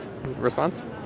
response